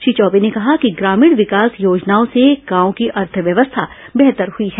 श्री चौबे ने कहा कि ग्रामीण विकास योजनाओं से गांव की अर्थव्यवस्था बेहतर हुई है